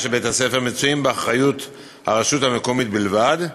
של בית-הספר מצויים באחריות הרשות המקומית בלבד.